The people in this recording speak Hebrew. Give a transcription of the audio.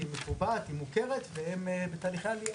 היא מוכרת והם בתהליכי עלייה.